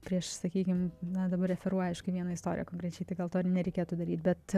prieš sakykim na dabar referuoju aišku vieną istoriją konkrečiai tai gal to ir nereikėtų daryti bet